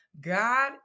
God